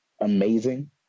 amazing